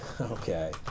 Okay